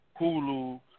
Hulu